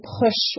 push